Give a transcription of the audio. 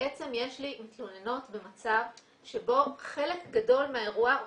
בעצם יש לי מתלוננות במצב שבו חלק גדול מהאירוע,